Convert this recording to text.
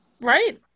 right